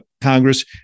Congress